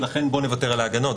ולכן בואו נוותר על ההגנות.